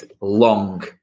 long